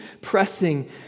pressing